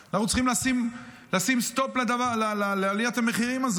אנחנו צריכים לשים סטופ לעליית המחירים הזאת.